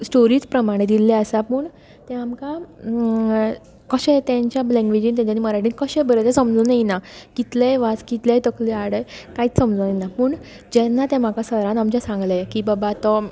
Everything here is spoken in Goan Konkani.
स्टोरीज प्रमाणे दिल्लें आसा पूण तें आमकां कशें तांच्या लँग्वेजीन तांच्यानी मराठीन कशें बरयलें तें समजून येना कितलें वाच कितलें तकली आडाय कांयच समजना पूण जेन्ना तें म्हाका सरान आमच्या सांगलें की बाबा तो